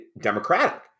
democratic